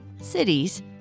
cities